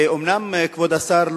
אדוני היושב-ראש,